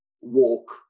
walk